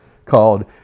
called